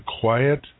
quiet